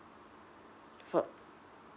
for